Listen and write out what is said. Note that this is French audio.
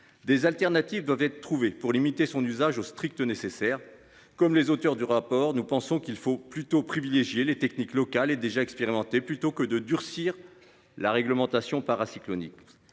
Des alternatives doivent être trouvées pour limiter son usage au strict nécessaire comme les auteurs du rapport. Nous pensons qu'il faut plutôt privilégier les techniques locales et déjà expérimenté, plutôt que de durcir la réglementation para-cyclonique.